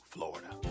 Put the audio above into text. Florida